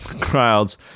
crowds